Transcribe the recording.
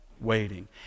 waiting